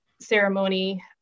ceremony